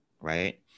right